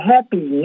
Happy